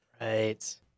Right